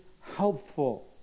helpful